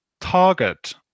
target